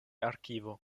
arkivo